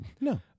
No